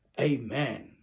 amen